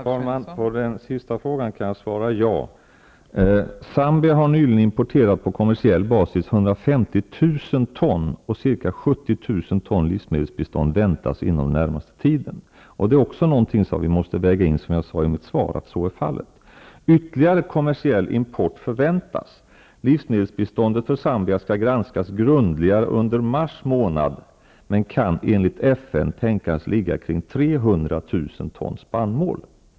Fru talman! På den sista frågan kan jag svara ja. Zambia har nyligen på kom mersiell basis importerat 150 000 ton, och ca 70 000 i livsmedelsbistånd vän tas under den närmaste tiden. Som jag sade i mitt svar är också detta någon ting som vi måste väga in. Ytterligare kommersiell import förväntas. Livs medelsbiståndet till Zambia skall granskas grundligare under mars månad, men kan enligt FN tänkas ligga vid 300 000 ton spannmål.